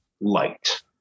light